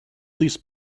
these